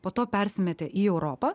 po to persimetė į europą